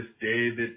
David